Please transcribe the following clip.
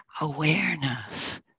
awareness